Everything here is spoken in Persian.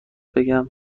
بگم